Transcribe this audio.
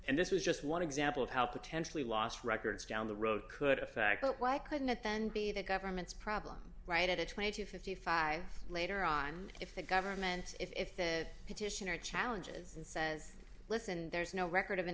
and this was just one example of how potentially lost records down the road could affect but why couldn't that then be the government's problem right at a twenty dollars to fifty five dollars later on if the government if the petitioner challenges and says listen there's no record of an